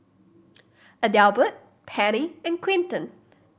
Adelbert Penny and Quinton